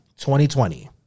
2020